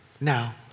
Now